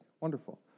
Wonderful